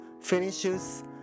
finishes